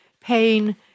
Pain